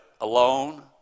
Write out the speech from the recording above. alone